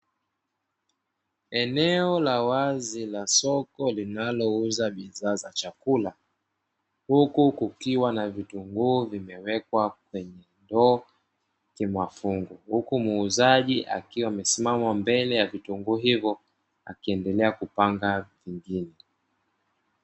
Eneo la wazi la soko linalouza bidhaa za chakula, huku kukiwa na vitunguu vimewekwa kwenye ndoo kimafungu, huku muuzaji akiwa amesimama mbele ya vitunguu hivyo, akiendelea kupanga vingine.